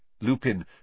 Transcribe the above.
lupin